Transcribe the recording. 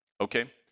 okay